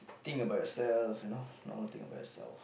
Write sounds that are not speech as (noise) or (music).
thing about yourself you know (breath) normal thing about yourself